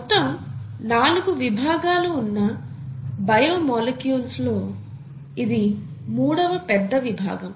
మొత్తం నాలుగు విభాగాలు ఉన్న బయో మాలిక్యూల్స్ లో ఇది మూడవ పెద్ద విభాగం